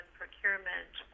procurement